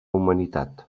humanitat